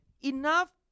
enough